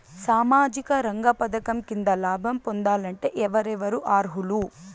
సామాజిక రంగ పథకం కింద లాభం పొందాలంటే ఎవరెవరు అర్హులు?